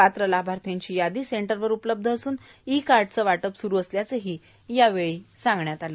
पात्र लाभार्थ्यांची यादी सेंटरवर उपलब्ध असून ई कार्डचे वाटप स्रु असल्याचेही यावेळी सांगितले